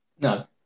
No